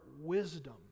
wisdom